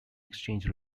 exchange